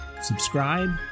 subscribe